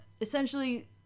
essentially